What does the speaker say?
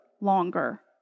longer